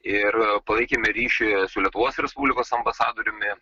ir palaikėme ryšį su lietuvos respublikos ambasadoriumi